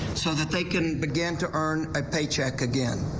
so that they can begin to earn a paycheck again.